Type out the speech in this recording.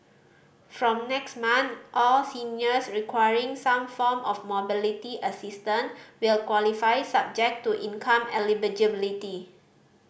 from next month all seniors requiring some form of mobility assistance will qualify subject to income eligibility